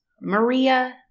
Maria